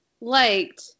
liked